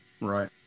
Right